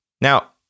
Now